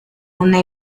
una